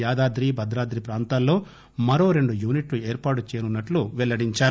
యాదాద్రి భద్రాద్రి ప్రాంతాల్లో మరో రెండు యూనిట్లు ఏర్పాటు చేయనున్న ట్లు పెల్లడించారు